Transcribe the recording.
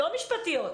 לא משפטיות,